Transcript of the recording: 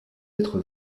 être